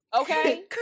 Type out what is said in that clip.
okay